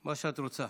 מה שאת רוצה.